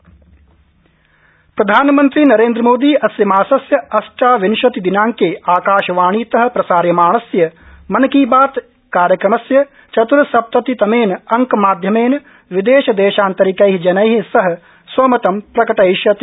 प्रम मन की बात प्रधानमंत्री नरेन्द्रमोदी मासस्यास्य अष्टविंशति दिनांके आकाशवाणीत प्रसार्यमाणस्य मन की बात कार्यक्रमस्य चतुर्सप्ततितमेन अंक माध्यमेन विदेश देशान्तरिकै जनै सह स्वमतं प्रकटयिष्यति